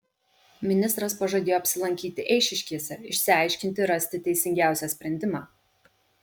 ministras pažadėjo apsilankyti eišiškėse išsiaiškinti ir rasti teisingiausią sprendimą